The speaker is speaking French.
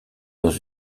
dans